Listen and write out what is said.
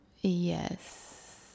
Yes